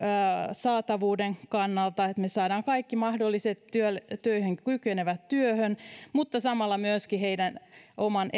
saatavuuden kannalta että me saamme kaikki mahdolliset töihin kykenevät työhön mutta samalla myöskin heidän oman